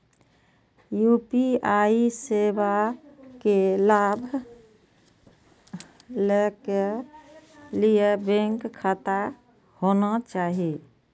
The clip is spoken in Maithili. यू.पी.आई सेवा के लाभ लै के लिए बैंक खाता होना चाहि?